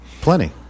Plenty